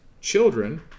children